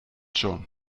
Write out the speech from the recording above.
schon